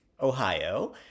Ohio